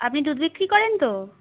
আপনি দুধ বিক্রি করেন তো